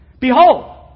Behold